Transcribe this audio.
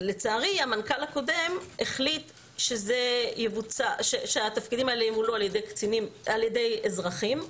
לצערי המנכ"ל הקודם החליט שהתפקידים האלה ימולאו על ידי אזרחים.